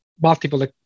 multiple